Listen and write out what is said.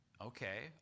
Okay